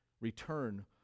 return